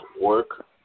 work